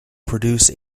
produce